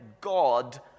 God